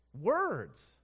words